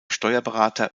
steuerberater